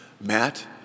Matt